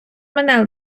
мене